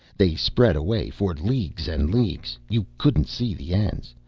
they spread away for leagues and leagues you couldn't see the ends.